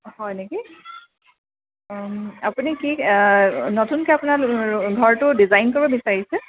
হয় নেকি আপুনি কি নতুনকৈ আপোনাৰ ঘৰটো ডিজাইন কৰিব বিচাৰিছে